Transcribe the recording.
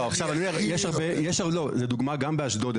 לא, זה דוגמא גם באשדוד.